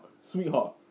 Sweetheart